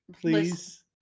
please